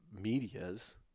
medias